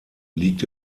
liegt